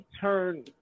turn